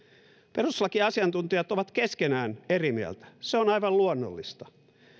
perustuslakiasiantuntijat ovat keskenään eri mieltä se on aivan luonnollista